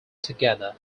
together